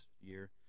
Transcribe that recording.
year